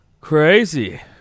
Crazy